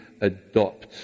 adopt